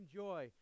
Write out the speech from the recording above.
joy